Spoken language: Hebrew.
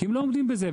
כי הם לא עומדים בזה.